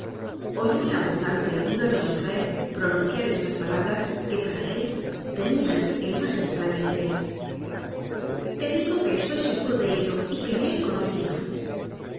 oyó la voz alta y dura de jondrette pronunciar estas palabras que para él tenian el mas estraño interés te digo que estoy seguro de ello y que le he conocido